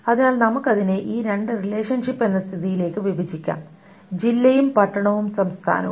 അതിനാൽ നമുക്ക് അതിനെ ഈ രണ്ട് റിലേഷൻഷിപ്പ് എന്ന സ്ഥിതിയിലേക്ക് വിഭജിക്കാം ജില്ലയും പട്ടണവും സംസ്ഥാനവും